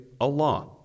Allah